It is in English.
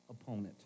opponent